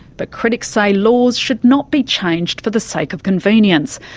but critics say laws should not be changed for the sake of convenience,